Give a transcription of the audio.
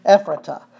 Ephrata